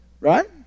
Right